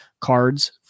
cards